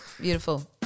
beautiful